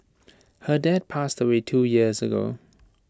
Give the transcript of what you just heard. her dad passed away two years ago